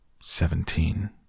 Seventeen